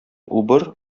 убыр